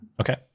Okay